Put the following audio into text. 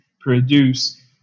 produce